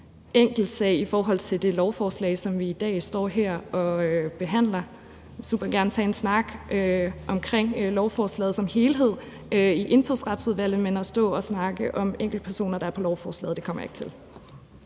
enkelt sag i forhold til det lovforslag, som vi i dag står her og behandler. Jeg vil super gerne tage en snak om lovforslaget som helhed, i Indfødsretsudvalget, men at stå og snakke om enkeltpersoner, der er på lovforslaget, kommer jeg ikke til